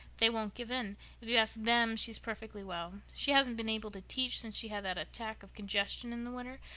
they won't give in. if you ask them, she's perfectly well. she hasn't been able to teach since she had that attack of congestion in the winter,